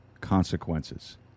consequences